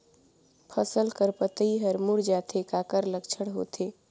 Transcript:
फसल कर पतइ हर मुड़ जाथे काकर लक्षण होथे?